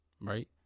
right